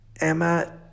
Emma